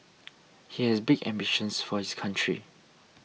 he has big ambitions for his country